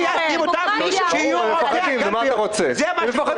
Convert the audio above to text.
זה מידע